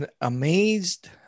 amazed